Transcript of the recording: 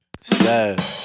Sad